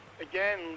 again